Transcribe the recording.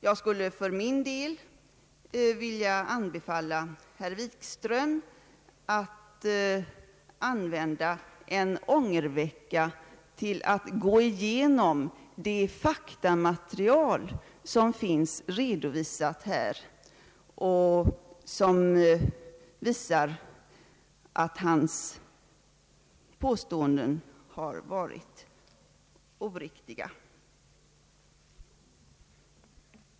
Jag skulle för min del vilja anbefalla herr Wikström att använda den ångerveckan till att gå igenom det faktamaterial som finns redovisat här bland handlingarna och som visar att hans påståenden varit oriktiga.